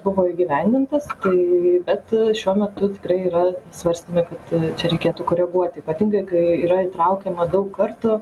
buvo įgyvendintas tai bet šiuo metu tikrai yra svarstymai kad čia reikėtų koreguoti ypatingai kai yra įtraukiama daug kartų